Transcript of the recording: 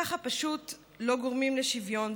ככה פשוט לא גורמים לשוויון,